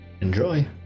Enjoy